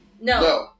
No